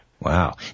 Wow